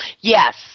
yes